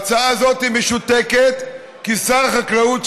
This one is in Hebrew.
ההצעה הזאת משותקת כי שר החקלאות,